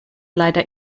leider